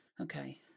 Okay